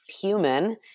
human